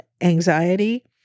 anxiety